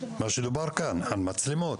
כמו מצלמות,